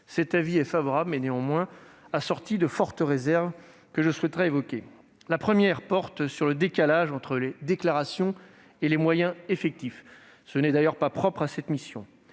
Cet avis favorable a néanmoins été assorti de fortes réserves, que je souhaite évoquer. La première de ces réserves porte sur le décalage entre les déclarations et les moyens effectifs, qui n'est d'ailleurs pas propre à cette mission.